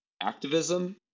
activism